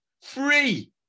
Free